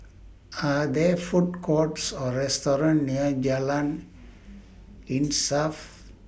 Are There Food Courts Or restaurants near Jalan Insaf